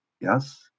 yes